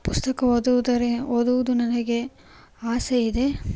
ಪುಸ್ತಕ ಓದುವುದರೆ ಓದುವುದು ನನಗೆ ಆಸೆಯಿದೆ